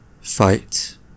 fight